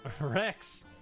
Rex